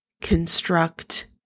construct